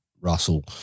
Russell